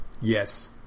yes